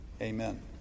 Amen